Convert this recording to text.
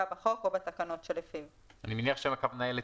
בחוק או בתקנות שלפיו אני מניח שהכוונה היא לטווח,